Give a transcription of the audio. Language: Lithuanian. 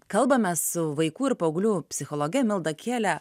kalbamės su vaikų ir paauglių psichologe milda kiele